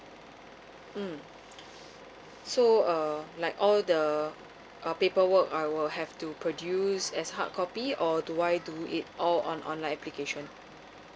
mm so uh like all the uh paper work I will have to produce as hard copy or do I do it all on online application